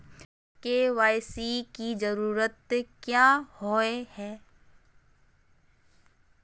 KYC की जरूरत क्याँ होय है?